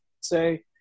say